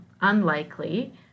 unlikely